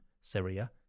Syria